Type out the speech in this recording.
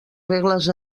regles